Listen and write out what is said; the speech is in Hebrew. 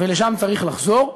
ולשם צריך לחזור.